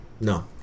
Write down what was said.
No